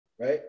right